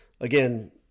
again